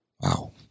Wow